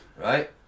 right